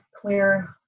clear